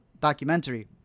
documentary